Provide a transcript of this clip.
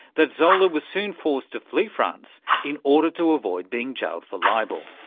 that zola was soon forced to flee france in order to avoid being jailed for libel.